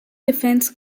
defense